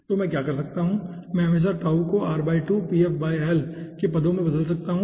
तो मैं क्या कर सकता हूं मैं हमेशा ताऊ को के पदों में बदल सकता हूं